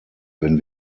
wenn